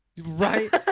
Right